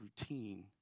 routine